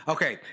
Okay